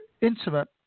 intimate